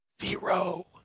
Zero